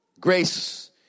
grace